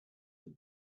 have